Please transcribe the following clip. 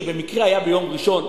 שבמקרה היה ביום ראשון,